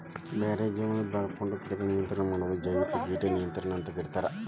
ಬ್ಯಾರೆ ಜೇವಿಗಳನ್ನ ಬಾಳ್ಸ್ಕೊಂಡು ಕೇಟಗಳನ್ನ ನಿಯಂತ್ರಣ ಮಾಡೋದನ್ನ ಜೈವಿಕ ಕೇಟ ನಿಯಂತ್ರಣ ಅಂತ ಕರೇತಾರ